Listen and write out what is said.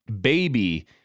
baby